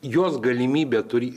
jos galimybė turi